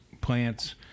plants